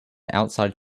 outside